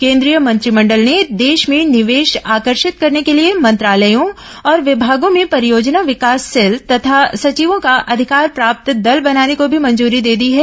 केंद्रीय मंत्रिमंडल ने देश में निवेश आकर्षित करने के लिए मंत्रालयों और विमागों में परियोजना विकास सेल तथा सचिवों का अधिकार प्राप्त दल बनाने को भी मंजूरी दे दी है